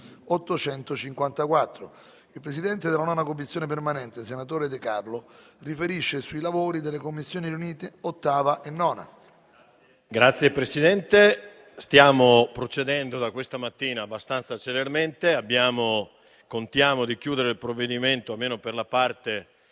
Il presidente della 9[a] Commissione permanente, senatore De Carlo, riferisce sui lavori delle Commissioni riunite 8[a] e 9[a